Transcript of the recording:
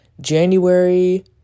January